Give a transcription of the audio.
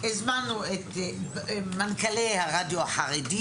הזמנו את מנכ"לי הרדיו החרדי